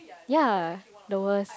ya the worst